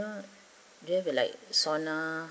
do you have like sauna